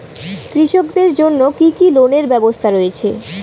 কৃষকদের জন্য কি কি লোনের ব্যবস্থা রয়েছে?